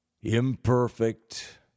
imperfect